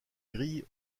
grille